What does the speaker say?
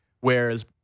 whereas